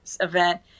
event